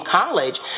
college